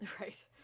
Right